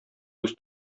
күз